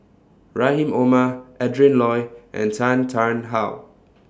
Rahim Omar Adrin Loi and Tan Tarn How